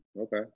okay